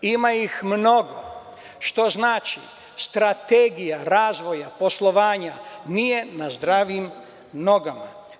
Ima ih mnogo, što znači, strategija razvoja poslovanja nije na zdravim nogama.